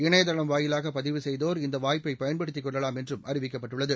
இணையதளம் வாயிலாக பதிவு செய்தோர் இந்த வாய்ப்பை பயன்படுத்தி கொள்ளலாம் என்றும் அறிவிக்கப்பட்டுள்ளது